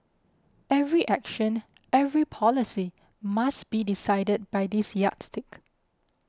every action every policy must be decided by this yardstick